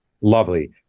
lovely